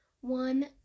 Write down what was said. one